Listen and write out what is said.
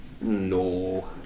No